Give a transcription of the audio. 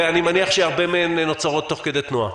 ואני מניח שהרבה מאוד נוצרות תוך כדי תנועה?